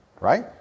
right